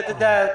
את יודעת...